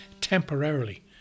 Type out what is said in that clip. temporarily